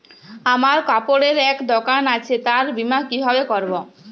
আমার কাপড়ের এক দোকান আছে তার বীমা কিভাবে করবো?